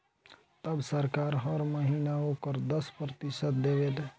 तब सरकार हर महीना ओकर दस प्रतिशत देवे ले